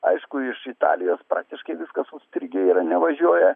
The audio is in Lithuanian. aišku iš italijos praktiškai viskas užstrigę yra nevažioja